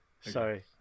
sorry